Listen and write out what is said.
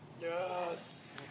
Yes